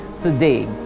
today